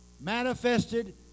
manifested